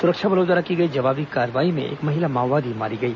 सुरक्षा बलों द्वारा की गई जवाबी कार्रवाई में एक महिला माओवादी मारी गई